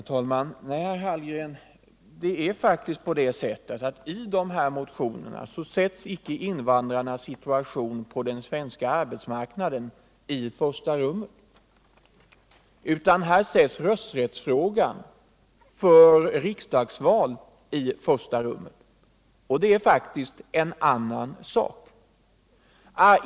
Herr talman! Nej, herr Hallgren, det är faktiskt på det sättet att i motionerna sätts icke invandrarnas situation på den svenska arbetsmarknaden i första rummet, utan i stället rösträtt till riksdagsval. Det är en annan sak.